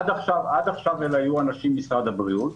עד עכשיו זה היו אנשים ממשרד הבריאות,